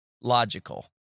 logical